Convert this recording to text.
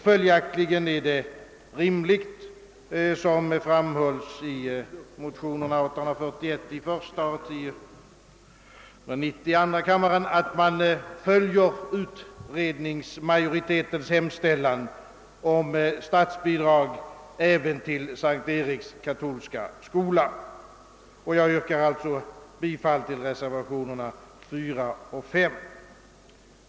Följaktligen är det rimligt, såsom framhålls i motionsparet I:841 och II: 1090, att man följer majoritetens i 1964 års utlandsoch internatskoleutredning hemställan om statsbidrag även till S:t Eriks katolska skola. Jag ber att få yrka bifall till reservationerna 4 och 5.